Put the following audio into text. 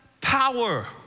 power